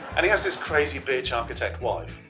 and he has this crazy bitch architect wife